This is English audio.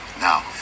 Now